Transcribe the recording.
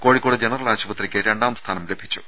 Kozhikode general ആശുപത്രിക്ക് രണ്ടാംസ്ഥാനം ലഭിച്ചു